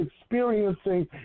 experiencing